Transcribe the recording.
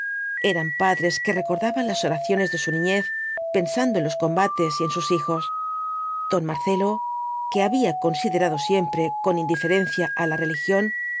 eran padres que recordaban las oraciones de su niñez pensando en los combates y en sus hijos don marcelo que había considerado siempre con indiferencia ala religión